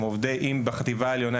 במידה והמנהלים עובדים בחטיבה העליונה,